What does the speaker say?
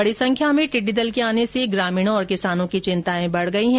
बडी संख्या में टिड्डी दल के आने से ग्रामीणों और किसानों की चिंताएं बढ गई है